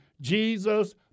Jesus